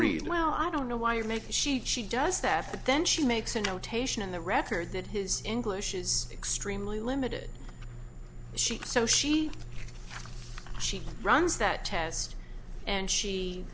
read well i don't know why you make she chewed does that but then she makes a notation in the record that his english is extremely limited she so she she runs that test and she